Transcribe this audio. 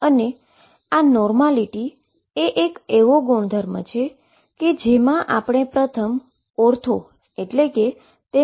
અને આ નોર્માલીટી એ એવો ગુણધર્મ છે જેમા આપણે પ્રથમ ઓર્થો એટલે કે તેને પરપેન્ડીક્યુલર રાખ્યો છે